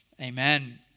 Amen